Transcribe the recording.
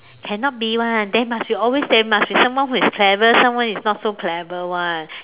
cannot be [one] there must be always there must be someone who is clever someone who's not so clever [one]